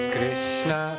Krishna